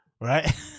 right